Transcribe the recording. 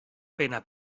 pena